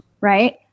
right